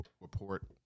report